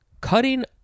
cutting